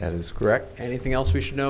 that is correct anything else we should know